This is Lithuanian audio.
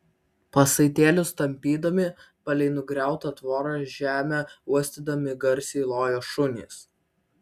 pasaitėlius tampydami palei nugriautą tvorą žemę uostydami garsiai lojo šunys